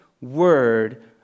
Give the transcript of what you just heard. word